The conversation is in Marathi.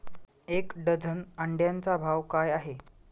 एक डझन अंड्यांचा भाव काय आहे?